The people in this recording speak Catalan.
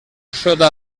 sota